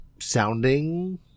sounding